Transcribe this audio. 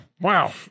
Wow